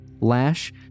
Lash